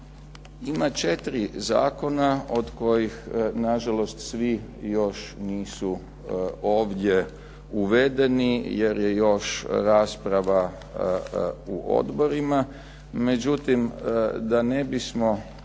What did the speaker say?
Ima četiri zakona od kojih na žalost svi još nisu ovdje uvedeni, jer je još rasprava u odborima. Međutim, da ne bismo